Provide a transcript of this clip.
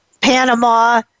Panama